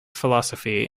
philosophy